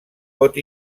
pot